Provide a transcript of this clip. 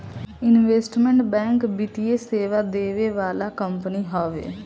investment bank वित्तीय सेवा देवे वाला कंपनी हवे